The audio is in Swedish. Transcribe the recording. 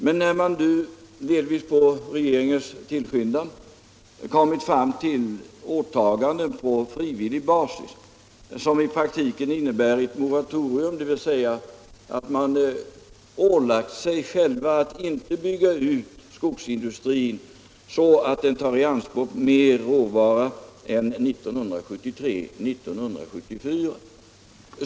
Men man har nu, delvis på regeringens tillskyndan, kommit fram till åtaganden på frivillig basis som i praktiken innebär ett moratorium, dvs. att man ålagt sig själv att inte bygga ut skogsindustrin så att den tar i anspråk mer råvara än 1973-1974.